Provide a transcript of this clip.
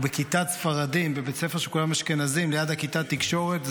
בכיתת ספרדים בבית ספר שכולם בו אשכנזים ליד כיתת תקשורת,